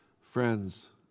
Friends